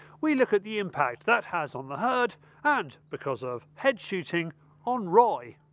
we look at the impact that has on the herd and because of hedge shooting on roy.